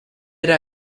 era